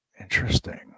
interesting